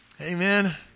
Amen